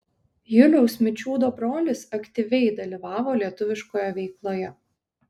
juliaus mičiūdo brolis aktyviai dalyvavo lietuviškoje veikloje